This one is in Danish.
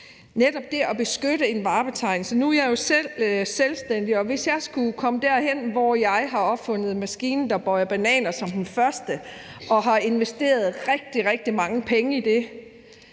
netop det med at beskytte en varebetegnelse. Nu er jeg jo selv selvstændig, og hvis jeg skulle komme derhen, hvor jeg som den første har opfundet en maskine, der bøjer bananer, og har investeret rigtig, rigtig mange penge i det,